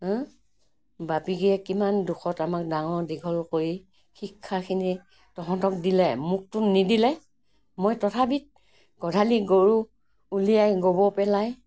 হাঁ বাপিকীয়ে কিমান দুখত আমাক ডাঙৰ দীঘল কৰি শিক্ষাখিনি তহঁতক দিলে মোকটো নিদিলে মই তথাপি গোহালি গৰু উলিয়াই গোবৰ পেলাই